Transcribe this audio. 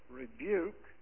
rebuke